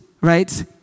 right